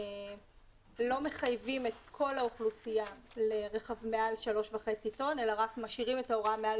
לא מחייבים את כל האוכלוסייה מעל 3.5 טון אלא משאירים את ההוראה מעל